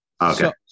okay